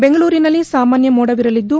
ಬೆಂಗಳೂರಿನಲ್ಲಿ ಸಾಮಾನ್ಯ ಮೋಡವಿರಲಿದ್ದು